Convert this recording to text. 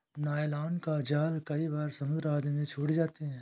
nylon का जाल कई बार समुद्र आदि में छूट जाते हैं